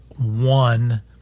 one